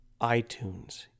iTunes